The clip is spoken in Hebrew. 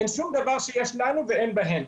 אין שום דבר שיש לנו ואין בהן.